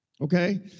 okay